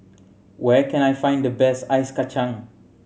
where can I find the best Ice Kachang